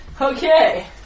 Okay